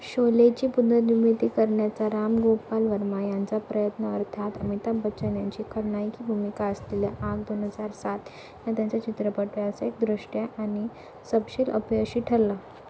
शोलेची पुनर्निर्मिती करण्याचा राम गोपाल वर्मा यांचा प्रयत्न अर्थात अमिताभ बच्चन यांची खलनायकी भूमिका असलेल्या आग दोन हजार सात ह्या त्यांचा चित्रपट व्यावसायिकदृष्ट्या आणि सपशेल अपयशी ठरला